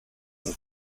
and